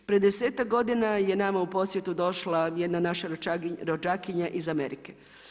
Prije 10-tak godina je nama u posjetu došla jedna naša rođakinja iz Amerike.